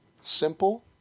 simple